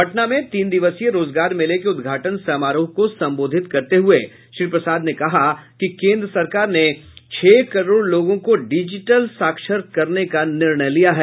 पटना में तीन दिवसीय रोजगार मेले के उद्घाटन समारोह को संबोधित करते हुये श्री प्रसाद ने कहा कि केंद्र सरकार ने छह करोड़ लोगों को डिजिटल साक्षर करने का निर्णय लिया है